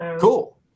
Cool